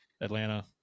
Atlanta